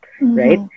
right